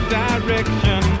direction